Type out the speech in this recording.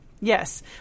Yes